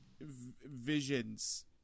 visions